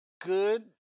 Good